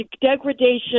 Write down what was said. degradation